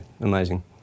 Amazing